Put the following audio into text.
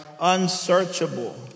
unsearchable